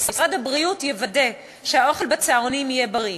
ומשרד הבריאות יוודא שהאוכל בצהרונים יהיה בריא.